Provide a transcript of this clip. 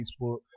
Facebook